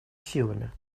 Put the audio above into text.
силами